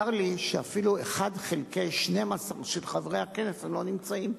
צר לי שאפילו אחת חלקי שתים-עשרה של חברי הכנסת לא נמצאים פה.